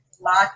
Lot